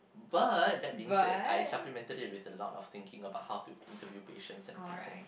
but that being said I supplemented it with a lot of thinking about how to interview patients and present